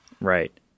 Right